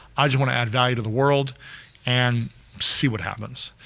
i just want to add value to the world and see what happens.